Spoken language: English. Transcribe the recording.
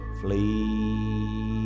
flee